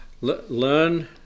Learn